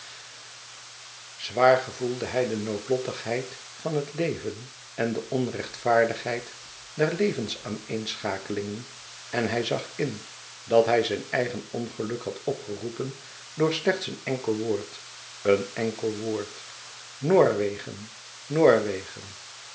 zwaar gevoelde hij de noodlottigheid van het leven en de onrechtvaardigheid der levensaaneenschakelingen en hij zag in dat hij zijn eigen ongeluk had opgeroepen door slechts een enkel woord een enkel woord noorwegen noorwegen